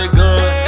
good